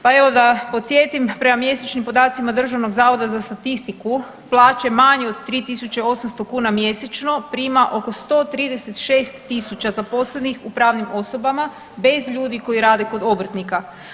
Pa evo da podsjetim, prema mjesečnim podacima Državnog zavoda za statistiku plaće manje od 3.800 kuna mjesečno prima oko 136.000 zaposlenih u pravnim osobama bez ljudi koji rade kod obrtnika.